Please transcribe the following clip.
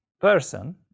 person